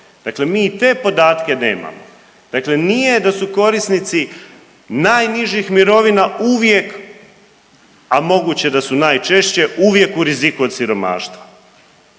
Dakle, mi i te podatke nemamo. Dakle, nije da su korisnici najnižih mirovina uvijek, a moguće da su najčešće uvijek u riziku od siromaštva.